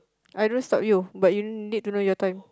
I don't stop you but you need to know your time